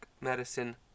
medicine